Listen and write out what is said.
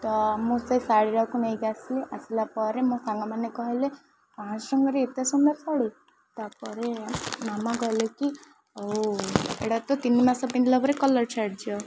ତ ମୁଁ ସେଇ ଶାଢ଼ୀଟାକୁ ନେଇକି ଆସି ଆସିଲା ପରେ ମୋ ସାଙ୍ଗମାନେ କହିଲେ ପାଁଶହ ଟଙ୍କାରେ ଏତେ ସୁନ୍ଦର ଶାଢ଼ୀ ତା'ପରେ ମାମା କହିଲେ କି ଆଉ ସେଟା ତ ତିନି ମାସ ପିନ୍ଧିଲା ପରେ କଲର୍ ଛାଡ଼ିଯିବ